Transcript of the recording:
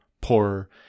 poorer